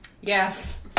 Yes